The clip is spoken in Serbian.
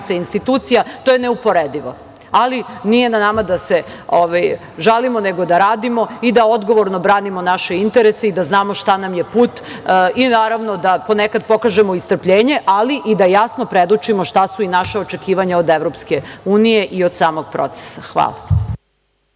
institucija, to je neuporedivo. Ali nije na nama da se žalimo nego da radimo i da odgovorno branimo naše interese i da znamo šta nam je put i naravno da ponekad pokažemo i strpljenje, ali i da jasno predočimo šta su i naša očekivanja od EU i od samog procesa. Hvala.